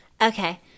okay